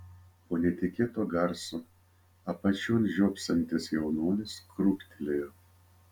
po netikėto garso apačion žiopsantis jaunuolis krūptelėjo